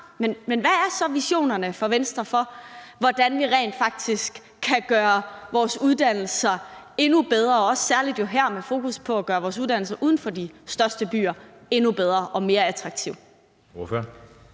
Men hvad er så Venstres visioner for, hvordan vi rent faktisk kan gøre vores uddannelser endnu bedre og jo særlig her med fokus på at gøre vores uddannelser uden for de største byer endnu bedre og mere attraktive?